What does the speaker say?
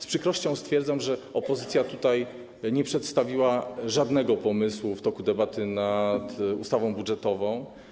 Z przykrością stwierdzam, że opozycja nie przedstawiła żadnego pomysłu w toku debaty nad ustawą budżetową.